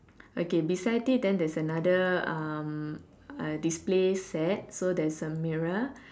okay beside it then there's another um a display set so there's a mirror